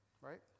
Right